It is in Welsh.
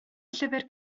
llyfr